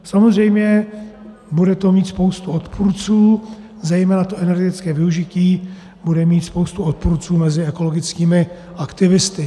Samozřejmě bude to mít spoustu odpůrců, zejména to energetické využití bude mít spoustu odpůrců mezi ekologickými aktivisty.